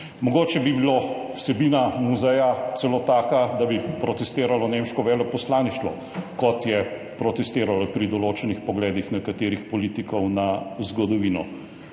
Mogoče bi bila vsebina muzeja celo taka, da bi protestiralo nemško veleposlaništvo, kot je protestiralo pri določenih pogledih nekaterih politikov na zgodovino.